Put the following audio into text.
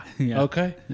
Okay